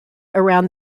around